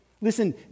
Listen